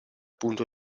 punto